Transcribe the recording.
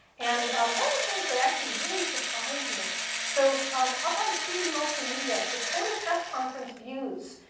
and one of the things that actually really surprised me so um up on tv multimedia, so total press conference views.